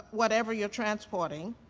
but whatever you're transporting.